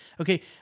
Okay